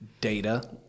data